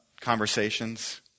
conversations